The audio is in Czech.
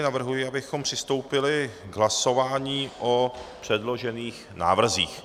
Navrhuji, abychom přistoupili k hlasování o předložených návrzích.